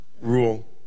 rule